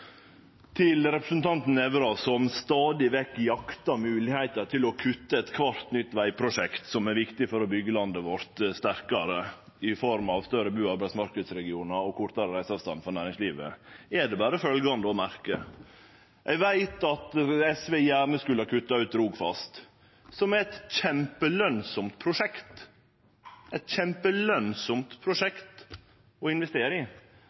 Til representanten Nævra, som stadig vekk jaktar på moglegheita til å kutte i kvart nytt vegprosjekt som er viktig for å byggje landet vårt sterkare i form av større bu- og arbeidsmarknadsregionar og kortare reiseavstand for næringslivet, er det berre følgjande å merke: Eg veit at SV gjerne skulle ha kutta ut Rogfast, som er eit kjempelønsamt prosjekt